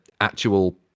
actual